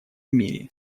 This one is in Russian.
мире